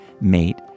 mate